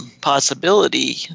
possibility